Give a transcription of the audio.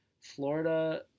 Florida